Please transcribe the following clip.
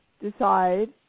decide